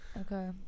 Okay